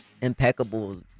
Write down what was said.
impeccable